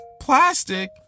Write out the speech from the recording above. Plastic